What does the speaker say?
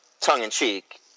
tongue-in-cheek